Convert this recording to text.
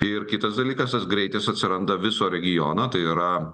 ir kitas dalykas tas greitis atsiranda viso regiono tai yra